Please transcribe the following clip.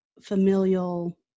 familial